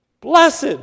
Blessed